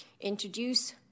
introduce